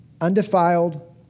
undefiled